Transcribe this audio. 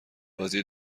بازی